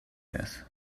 earth